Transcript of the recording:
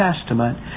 Testament